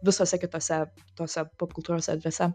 visose kitose tose popkultūros erdvėse